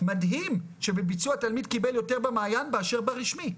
מדהים שבביצוע תלמיד קיבל יותר במעיין מאשר ברשמי,